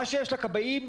מה שיש לכבאים,